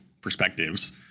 perspectives